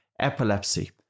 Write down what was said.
epilepsy